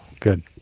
Good